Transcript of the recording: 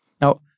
Now